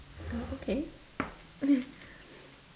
oh okay